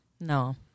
No